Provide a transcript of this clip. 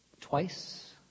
twice